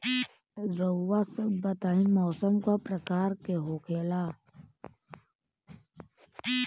रउआ सभ बताई मौसम क प्रकार के होखेला?